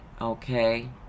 Okay